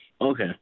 Okay